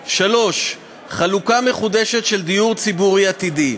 3. חלוקה מחודשת של דיור ציבורי עתידי,